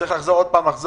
שצריך לחזור אחורה,